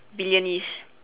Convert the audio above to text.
villain ~ish